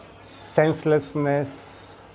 Senselessness